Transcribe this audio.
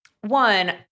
One